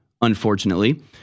unfortunately